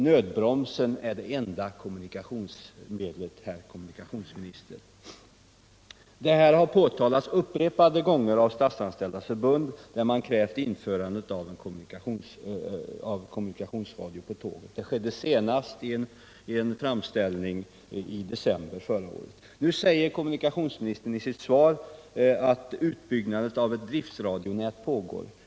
Nödbromsen är det enda kommunikations Nu säger kommunikationsministern i sitt svar att utbyggnaden av ctt driftradionät pågår.